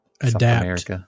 adapt